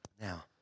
Now